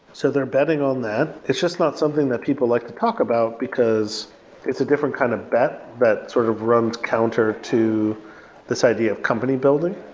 so they're betting on that. it's just not something that people like to talk about, because it's a different kind of bet that sort of runs counter to this idea of company building